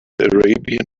arabian